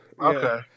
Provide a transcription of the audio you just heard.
okay